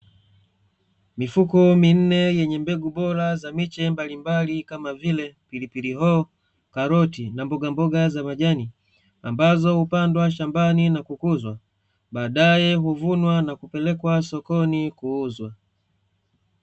Mifuko minne yenye mbegu bora za miche mbalimbali kama vile pilipili hoho, karoti na mbogamboga za majani, ambazo hupandwa shambani na kukuzwa, baadaye huvunwa na kupelekwa sokoni kuuzwa.